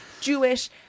Jewish